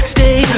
Stay